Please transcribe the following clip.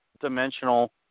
dimensional